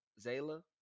Zayla